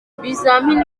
ibizamini